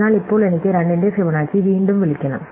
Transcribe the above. അതിനാൽ ഇപ്പോൾ എനിക്ക് 2 ന്റെ ഫിബൊനാച്ചി വീണ്ടും വിളിക്കണം